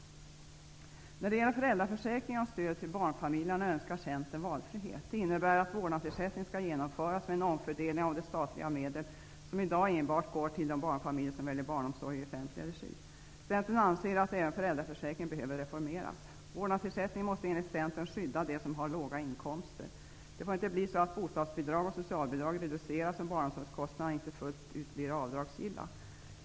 När det gäller föräldraförsäkringen och stödet till barnfamiljerna önskar Centern valfrihet. Det innebär att vårdnadsersättning skall genomföras, med en omfördelning av de statliga medel som i dag enbart går till de barnfamiljer som väljer barnomsorg i offentlig regi. Centern anser att även föräldraförsäkringen behöver reformeras. Vårdnadsersättningen måste enligt Centern skydda dem som har låga inkomster. Det får inte bli så att bostadsbidrag och socialbidrag reduceras om barnomsorgskostnaderna inte fullt ut blir avdragsgilla.